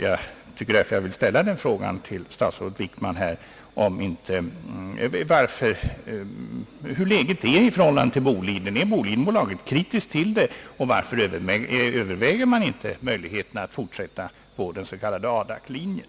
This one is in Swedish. Jag vill därför ställa den frågan till statsrådet Wickman hur läget är i förhållande till Bolidenbolaget. Är bolaget kritiskt inställt i detta fall, och varför överväger man inte möjligheterna att fortsätta på den s.k. Adak-linjen?